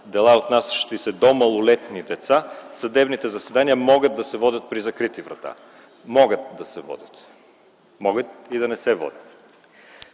дела, отнасящи се до малолетни деца, съдебните заседания могат да се водят при закрити врата. Могат да се водят, могат и да не се водят.